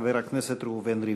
חבר הכנסת ראובן ריבלין.